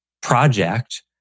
project